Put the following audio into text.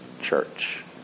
church